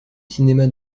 cinéma